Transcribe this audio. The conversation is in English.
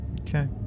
Okay